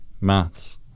maths